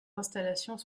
installations